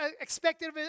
expected